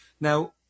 Now